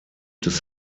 des